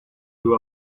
you